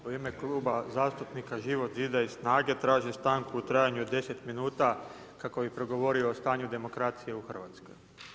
U ime Kluba zastupnika Živog zida i SNAGA-e tražim stanku u trajanju od 10 minuta kako bi progovorio o stanju demokracije u Hrvatskoj.